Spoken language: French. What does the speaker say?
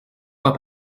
pas